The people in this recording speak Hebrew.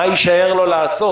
מה יישאר לו לעשות?